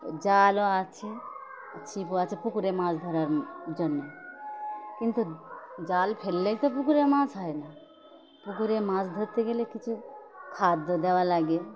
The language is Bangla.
জালও আছে ছিপও আছে পুকুরে মাছ ধরার জন্যে কিন্তু জাল ফেললেই তো পুকুরে মাছ হয় না পুকুরে মাছ ধরতে গেলে কিছু খাদ্য দেওয়া লাগে